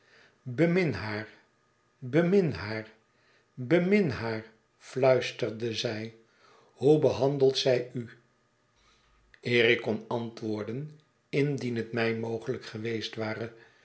bemin haar bemin haar bemin haar fluisterde zij hoe behandelt zij u eer ik kon antwoorden indien het mij mogelijk geweest ware